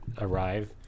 arrive